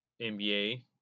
NBA